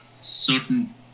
certain